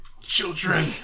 children